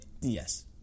Yes